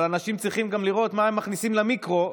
אבל אנשים צריכים גם לראות מה הם מכניסים למיקרו,